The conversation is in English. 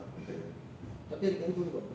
tak pakai ah tapi ada dekat handphone kau